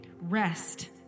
Rest